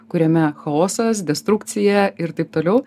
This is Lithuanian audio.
kuriame chaosas destrukcija ir taip toliau